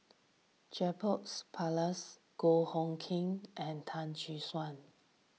Jacob Ballas Goh Hood Keng and Tan Gek Suan